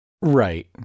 Right